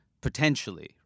potentially